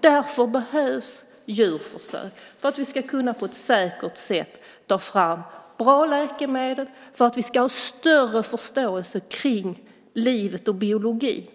Därför behövs djurförsök för att vi ska kunna på ett säkert sätt ta fram bra läkemedel och större förståelse av livet och biologi.